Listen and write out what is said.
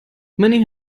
many